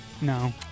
No